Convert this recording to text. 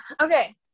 Okay